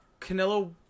Canelo